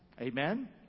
Amen